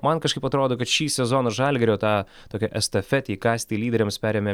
man kažkaip atrodo kad šį sezoną žalgirio tą tokia estafetė įkąsti lyderiams perėmė